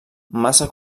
massa